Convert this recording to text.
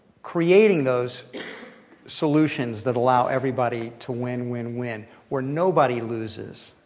creating those solutions that allow everybody to win-win-win, where nobody loses.